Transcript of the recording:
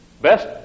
Best